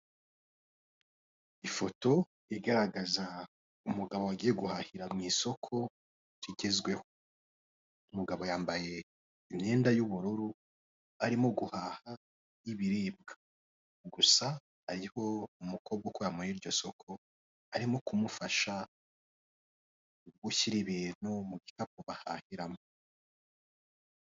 Ifoto igaragaza umugabo wagiye guhahira mu isoko rigezweho, umugabo yambaye imyenda y'ubururu arimo guhaha ibiribwa, gusa hariho umukobwa ukora muri iryo soko, arimo kumufasha gushyira ibintu mu gikapu bahahiramo.